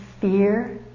fear